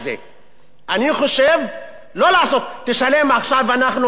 אני חושב, לא לעשות: תשלם עכשיו ואנחנו נדון.